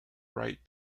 right